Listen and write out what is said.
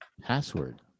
password